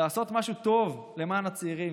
לעשות משהו טוב למען הצעירים.